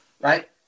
right